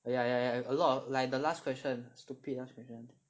ya ya ya a lot of like the last question stupid stupid last question